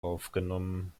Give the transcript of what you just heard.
aufgenommen